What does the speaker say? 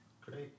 Great